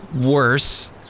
worse